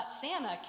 Santa